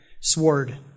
sword